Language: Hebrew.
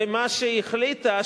ומה שהיא החליטה,